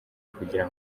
kugira